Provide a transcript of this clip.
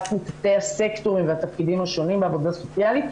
מתתי הסקטורים והתפקידים השונים בעבודה סוציאלית.